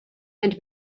and